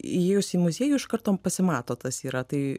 įėjus į muziejų iš karto pasimato tas yra tai